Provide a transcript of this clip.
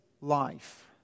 life